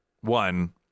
One